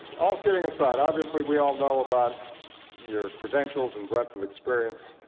all kidding aside, obviously, we all know about your credentials and breadth of experience.